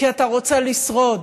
כי אתה רוצה לשרוד.